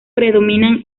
predominan